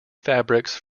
fabrics